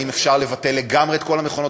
האם אפשר לבטל לגמרי את כל המכונות,